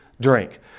drink